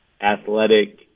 athletic